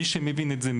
מי שמבין את זה,